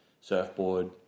surfboard